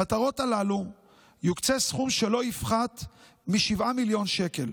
למטרות הללו יוקצה סכום שלא יפחת מ-7 מיליון שקל,